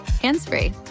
hands-free